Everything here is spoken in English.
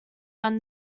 when